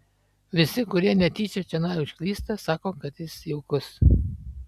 visi kurie netyčia čionai užklysta sako kad jis jaukus